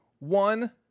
One